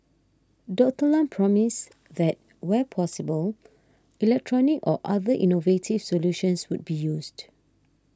Doctor Lam promised that where possible electronic or other innovative solutions would be used